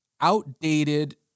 outdated